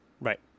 Right